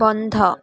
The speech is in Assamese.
বন্ধ